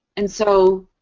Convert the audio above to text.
and so,